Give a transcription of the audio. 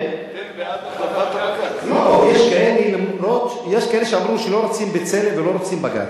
יש כאלה שאמרו שלא רוצים "בצלם" ולא רוצים בג"ץ.